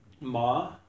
Ma